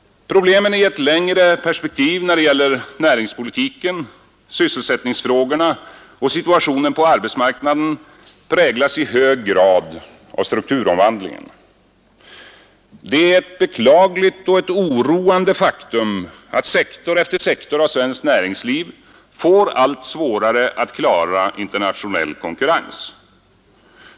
Problemen i ett längre perspektiv när det gäller näringspolitiken, sysselsättningsfrågorna och situationen på arbetsmarknaden präglas i hög grad av strukturomvandlingen. Det är ett beklagligt och oroande faktum att sektor efter sektor av svenskt näringsliv får allt svårare att klara internationell konkurrens.